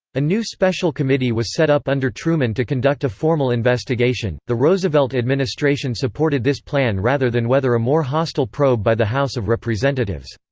a new special committee was set up under truman to conduct a formal investigation the roosevelt administration supported this plan rather than weather a more hostile probe by the house of representatives.